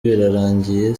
birarangiye